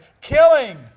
killing